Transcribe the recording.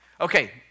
Okay